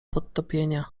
podtopienia